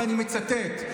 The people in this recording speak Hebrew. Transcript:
ואני מצטט,